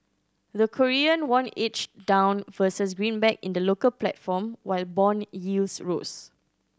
the Korean won edged down versus greenback in the local platform while bond yields rose